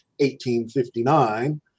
1859